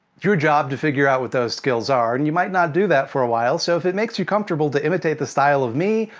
your job to figure out what those skills are, and you might not do that for a while. so, if it makes you comfortable to imitate the style of me,